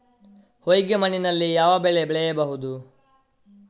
ಹೊಯ್ಗೆ ಮಣ್ಣಿನಲ್ಲಿ ಯಾವ ಬೆಳೆ ಬೆಳೆಯಬಹುದು?